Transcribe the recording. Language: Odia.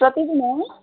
ପ୍ରତିଦିନ ନା